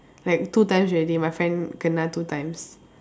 like two times already my friend kena two times